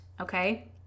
okay